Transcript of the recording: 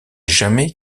jamais